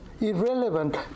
irrelevant